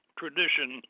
tradition